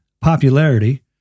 popularity